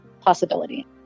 possibility